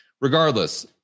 Regardless